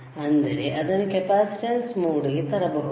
ಅಂದರೆ ಅದನ್ನು capacitance mode ಗೆ ತರಬಹುದು